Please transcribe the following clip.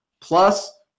plus